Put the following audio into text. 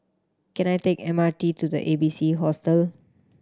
can I take M R T to the A B C Hostel